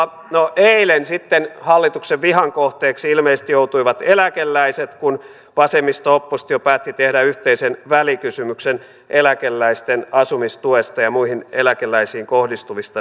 no eilen sitten hallituksen vihan kohteeksi ilmeisesti joutuivat eläkeläiset kun vasemmisto oppositio päätti tehdä yhteisen välikysymyksen eläkeläisten asumistuesta ja muista eläkeläisiin kohdistuvista säästöistä